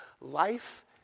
life